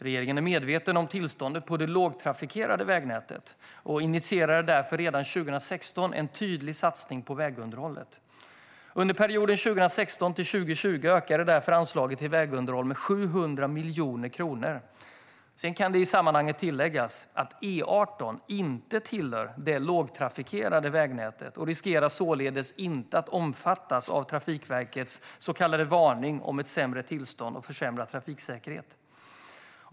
Regeringen är medveten om tillståndet på det lågtrafikerade vägnätet och initierade därför redan 2016 en tydlig satsning på vägunderhållet. Under perioden 2016-2020 ökas därför anslaget till vägunderhåll med 700 miljoner kronor. Det kan i sammanhanget tilläggas att E18 inte tillhör det lågtrafikerade vägnätet och riskerar således inte att omfattas av Trafikverkets så kallade varning om sämre tillstånd och försämrad trafiksäkerhet.